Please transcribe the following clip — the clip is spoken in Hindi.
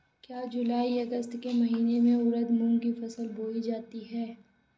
क्या जूलाई अगस्त के महीने में उर्द मूंग की फसल बोई जाती है?